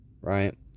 Right